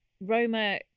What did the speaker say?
roma